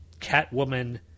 Catwoman